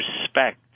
respect